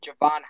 Javon